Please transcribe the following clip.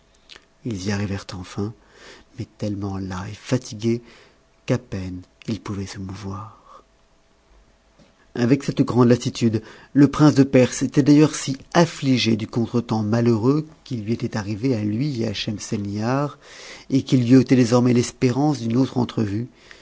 ils y arrivèrent enfin mais tellement las et fatigués qu'à peine ils pouvaient se mouvoir avec cette grande lassitude le prince de perse était d'ailleurs si afsigé du contre-temps malheureux qui lui était arrivé à lui et à schemselnihar et qui lui était désormais l'espérance d'une autre entrevue